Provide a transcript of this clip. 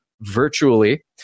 virtually